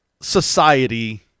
society